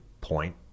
point